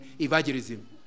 evangelism